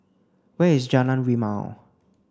where is Jalan Rimau